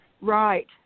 Right